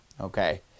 okay